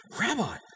Rabbi